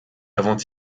avant